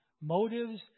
motives